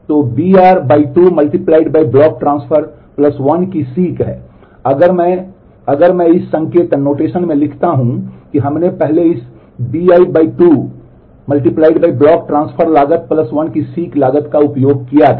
तो block transfer लागत 1 की seek लागत का उपयोग किया था